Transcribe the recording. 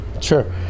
Sure